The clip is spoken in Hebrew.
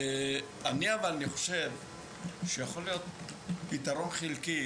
אבל אני חושב שיכול להיות פתרון חלקי